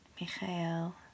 Michael